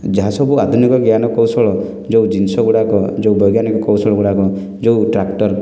ଯାହା ସବୁ ଆଧୁନିକ ଜ୍ଞାନ କୌଶଳ ଯେଉଁ ଜିନଷଗୁଡ଼ାକ ଯୋଉ ବୈଜ୍ଞାନିକ କୌଶଳଗୁଡ଼ାକ ଯେଉଁ ଟ୍ରାକ୍ଟର୍